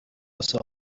واسه